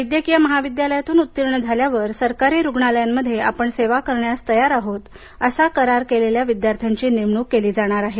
वैद्यकीय महाविद्यालयातून उत्तीर्ण झाल्यावर सरकारी रुग्णालयांमध्ये आपण सेवा करण्यास तयार आहोत असा करार केलेल्या विद्यार्थ्यांची नेमणूक केली जाणार आहे